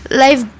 life